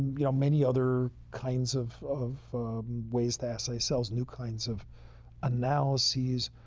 you know many other kinds of of ways to assay cells, new kinds of analyses.